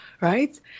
Right